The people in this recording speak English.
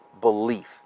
belief